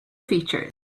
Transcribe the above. features